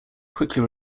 quickly